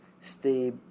stay